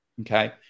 Okay